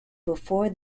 before